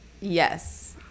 Yes